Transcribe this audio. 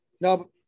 No